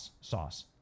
sauce